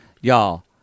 Y'all